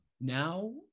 Now